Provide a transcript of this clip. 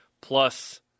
plus